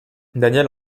daniel